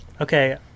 okay